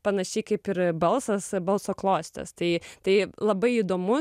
panašiai kaip ir balsas balso klostės tai tai labai įdomus